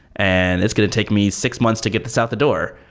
and it's going to take me six months to get this out the door.